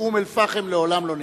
מאום-אל-פחם לעולם לא ניסוג,